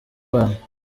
rwanda